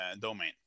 domain